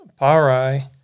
Parai